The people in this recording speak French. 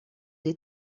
des